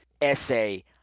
essay